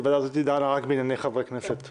כי הוועדה הזו דנה רק בענייני חברי כנסת.